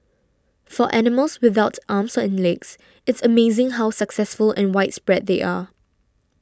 for animals without arms and legs it's amazing how successful and widespread they are